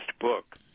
book